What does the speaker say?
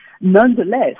nonetheless